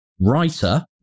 writer